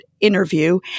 interview